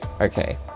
Okay